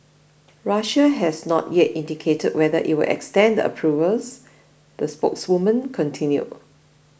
Russia has not yet indicated whether it will extend the approvals the spokeswoman continued